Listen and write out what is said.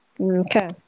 Okay